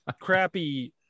crappy